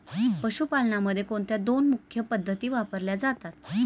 पशुपालनामध्ये कोणत्या दोन मुख्य पद्धती वापरल्या जातात?